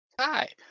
Hi